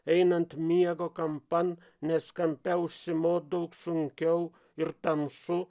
einant miego kampan nes kampe užsimot daug sunkiau ir tamsu